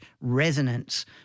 resonance